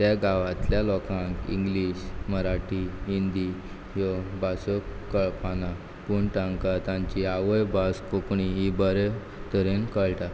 त्या गांवातल्या लोकांक इंग्लीश मराठी हिंदी ह्यो भासो कळपा ना पूण तांकां तांची आवयभास कोंकणी ही बरें तरेन कळटा